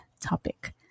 topic